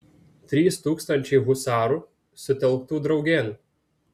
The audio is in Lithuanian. trys tūkstančiai husarų sutelktų draugėn